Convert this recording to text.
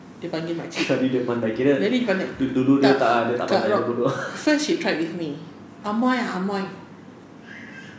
dia panggil makcik tadi dia pandai kak rod kak rod first she tried with me amoy amoy